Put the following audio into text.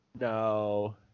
No